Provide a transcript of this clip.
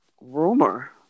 rumor